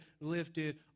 lifted